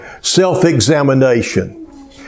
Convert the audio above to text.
self-examination